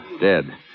Dead